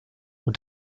und